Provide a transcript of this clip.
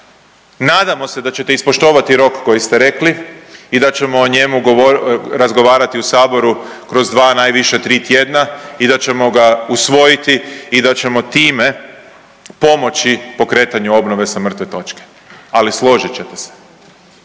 Nadamo se da ćete ispoštovati rok koji ste rekli i da ćemo o njemu razgovarati u saboru kroz 2 najviše 3 tjedna i da ćemo ga usvojiti i da ćemo time pomoći pokretanju obnove sa mrtve točke, ali složite ćete se